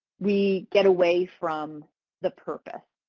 we get away from the purpose.